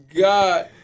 God